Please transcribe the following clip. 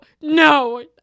no